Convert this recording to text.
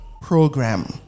program